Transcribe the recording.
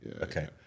Okay